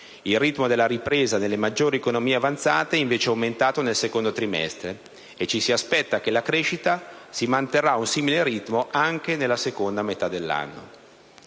Il ritmo della ripresa nelle maggiori economie avanzate è invece aumentato nel secondo trimestre e ci si aspetta che la crescita si manterrà ad un simile ritmo anche nella seconda metà dell'anno.